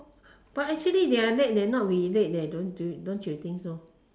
but actually they are late leh not we late leh don't you don't you think so